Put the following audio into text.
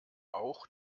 auch